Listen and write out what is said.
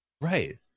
right